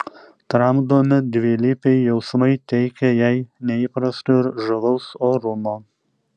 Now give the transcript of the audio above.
tramdomi dvilypiai jausmai teikia jai neįprasto ir žavaus orumo